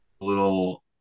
little